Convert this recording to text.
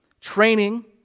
training